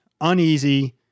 uneasy